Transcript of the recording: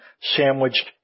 sandwiched